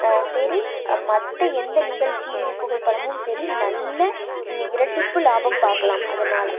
சரி மற்ற எந்த நிகழ்ச்சி புகைப்படமும் சரி நல்ல இரட்டிப்பு லாபம் பார்க்கலாம் அதனால்